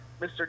Mr